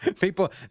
People